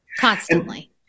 constantly